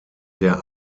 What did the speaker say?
der